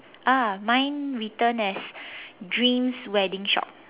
ah mine written as dreams wedding shop